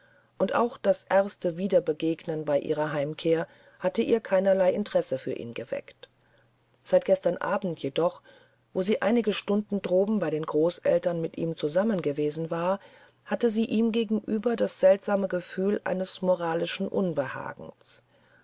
und auch das erste wiederbegegnen bei ihrer heimkehr hatte ihr keinerlei interesse für ihn geweckt seit gestern abend jedoch wo sie einige stunden droben bei den großeltern mit ihm zusammen gewesen war hatte sie ihm gegenüber das seltsame gefühl eines moralischen unbehagens